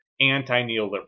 anti-neoliberal